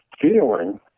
feeling